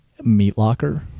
Meatlocker